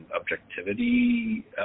objectivity